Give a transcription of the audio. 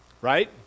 Right